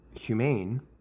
humane